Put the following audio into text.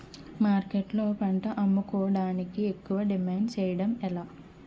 మార్కెట్లో పంట అమ్ముకోడానికి ఎక్కువ డిమాండ్ చేయడం ఎలా?